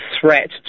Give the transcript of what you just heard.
threat